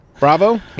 Bravo